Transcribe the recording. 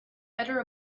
better